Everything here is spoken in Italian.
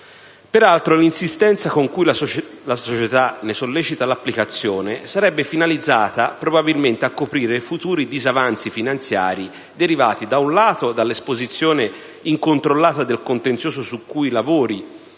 Peraltro, l'insistenza con cui la società ne sollecita l'applicazione sarebbe finalizzata, probabilmente, a coprire i futuri disavanzi finanziari derivanti, da un lato, dall'esplosione incontrollata del contenzioso sui lavori